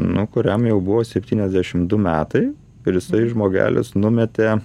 nu kuriam jau buvo septyniasdešimt du metai ir jisai žmogelis numetė